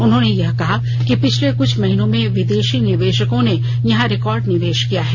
उन्होंने यह कहा कि पिछले क्छ महीनों में विदेशी निवेशकों ने यहां रिकॉर्ड निवेश किया है